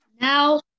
Now